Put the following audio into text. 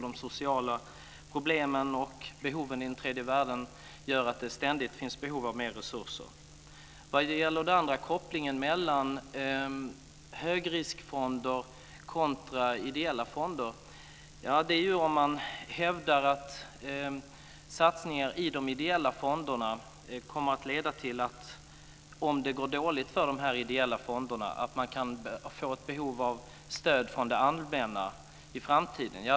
De sociala problemen och behoven i tredje världen gör att det ständigt finns behov av mer resurser. En koppling mellan högriskfonder och ideella fonder kan göras om man hävdar att satsningar i de ideella fonderna kommer att leda till att det uppstår ett behov av stöd från det allmänna i framtiden om det går dåligt för de ideella fonderna.